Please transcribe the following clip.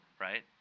right